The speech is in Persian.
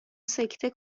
سکته